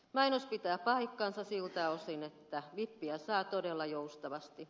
mainos pitää paikkansa siltä osin että vippiä saa todella joustavasti